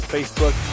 Facebook